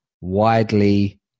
widely